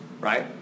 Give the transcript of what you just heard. Right